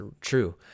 true